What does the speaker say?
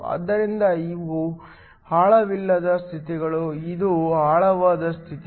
ಆದ್ದರಿಂದ ಇವು ಆಳವಿಲ್ಲದ ಸ್ಥಿತಿಗಳು ಇದು ಆಳವಾದ ಸ್ಥಿತಿ